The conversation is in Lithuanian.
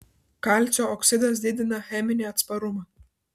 kalcio oksidas didina cheminį atsparumą